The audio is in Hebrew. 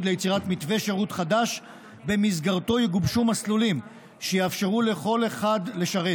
ליצירת מתווה שירות חדש שבמסגרתו יגובשו מסלולים שיאפשרו לכל אחד לשרת.